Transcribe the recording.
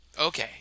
Okay